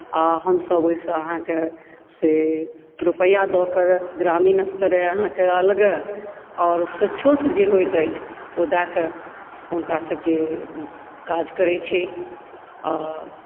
आओर हमसभ ओहिसँ अहाँके से रुपैआ दए कऽ ग्रामीण स्तरे अहाँके अलगे आओर स्वेक्षोसँ जे होइत अछि ओ दए कऽ हुनकासभके काज करैत छी आओर